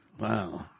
Wow